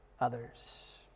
others